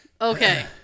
Okay